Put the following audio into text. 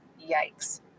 yikes